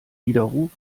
widerruf